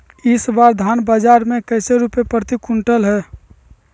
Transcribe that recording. इस बार धान बाजार मे कैसे रुपए प्रति क्विंटल है?